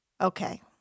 okay